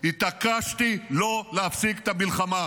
התעקשתי לא להפסיק את המלחמה,